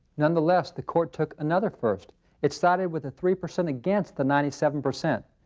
nonetheless, the court took another first it sided with the three percent against the ninety seven percent.